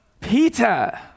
Peter